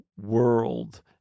world